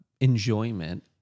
enjoyment